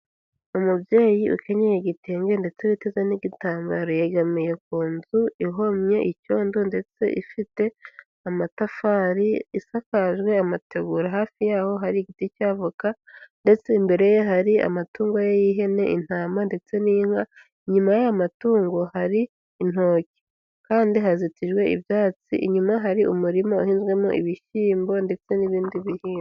Umubyeyi ukennyeye igitenge, ndetse witeze n'igitambaro, yegamiye ku nzu ihomye icyondo, ndetse ifite amatafari, isakaje amategura, hafi yaho hari igiti cy'avoka, ndetse imbere ye hari amatungo ye y'ihene, intama, ndetse n'inka, inyuma y'amatungo hari intoki kandi hazitijwe ibyatsi, inyuma hari umurima uhinzwemo ibishyimbo, ndetse n'ibindi biribwa.